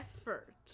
effort